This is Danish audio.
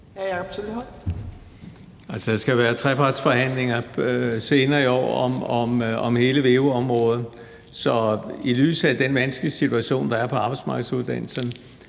(EL): Der skal være trepartsforhandlinger senere i år om hele veu-området, så i lyset af den vanskelige situation, der er i forhold til arbejdsmarkedsuddannelserne,